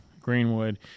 Greenwood